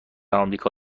آمریکا